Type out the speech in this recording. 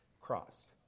crossed